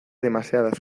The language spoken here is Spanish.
demasiadas